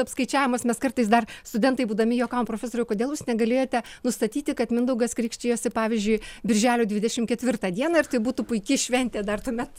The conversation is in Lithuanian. apskaičiavimas mes kartais dar studentai būdami juokavom profesoriau kodėl jūs negalėjote nustatyti kad mindaugas krikštijosi pavyzdžiui birželio dvidešim ketvirtą dieną ir tai būtų puiki šventė dar tuomet